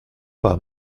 pas